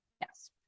yes